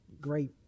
great